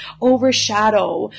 overshadow